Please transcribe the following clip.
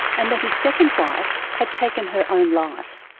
and that his second wife had taken her own life.